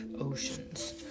oceans